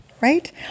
right